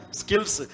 skills